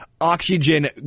oxygen